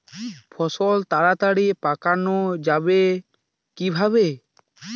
ফসল তাড়াতাড়ি পাকানো যাবে কিভাবে?